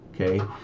okay